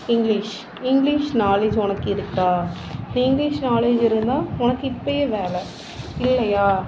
English English knowledge உனக்கு இருக்கா நீ இங்கிலீஷ் நாலேஜ் இருந்தால் உனக்கு இப்பவே வேலை இல்லையா